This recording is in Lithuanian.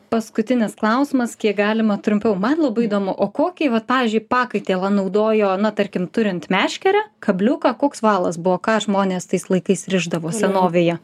paskutinis klausimas kiek galima trumpiau man labai įdomu o kokį vat pavyzdžiui pakaitėlą naudojo na tarkim turint meškerę kabliuką koks valas buvo ką žmonės tais laikais rišdavo senovėje